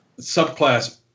subclass